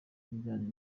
ibijyanye